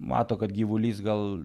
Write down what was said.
mato kad gyvulys gal